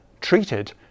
treated